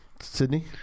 Sydney